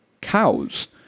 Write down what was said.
cows